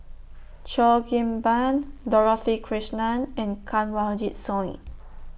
Cheo Kim Ban Dorothy Krishnan and Kanwaljit Soin